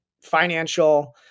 financial